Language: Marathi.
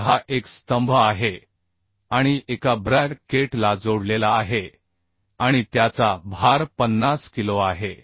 तर हा एक स्तंभ आहे आणि एका ब्रॅ केट ला जोडलेला आहे आणि त्याचा भार 50 किलो आहे